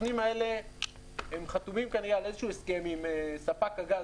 הסוכנים האלה חתומים כנראה על איזשהו הסכם עם ספק הגז